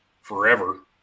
forever